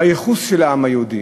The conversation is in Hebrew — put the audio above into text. בייחוס של העם היהודי,